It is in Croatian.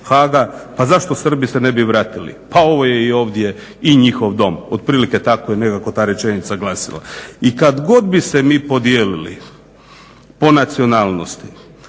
Haaga pa zašto Srbi se ne bi vratili? Pa ovo je i ovdje i njihov dom. Otprilike tako je nekako ta rečenica glasila. I kad god bi se mi podijelili po nacionalnosti